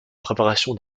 préparation